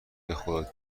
بخدا